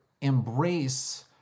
embrace